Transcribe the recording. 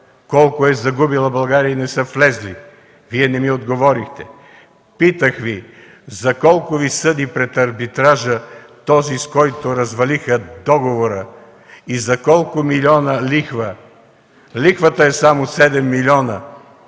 колко е загубила България и не са влезли? Вие не ми отговорихте. Питах Ви: за колко Ви съди пред арбитража този, с който развалиха договора, и за колко милиона е лихвата? Само лихвата е 7 милиона.